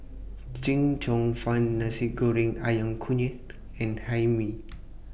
Chee Cheong Fun Nasi Goreng Ayam Kunyit and Hae Mee